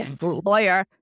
lawyer